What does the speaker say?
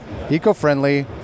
eco-friendly